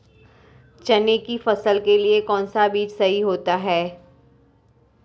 चने की फसल के लिए कौनसा बीज सही होता है?